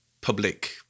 public